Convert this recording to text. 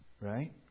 right